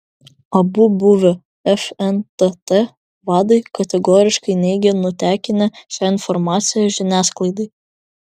abu buvę fntt vadai kategoriškai neigia nutekinę šią informaciją žiniasklaidai